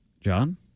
John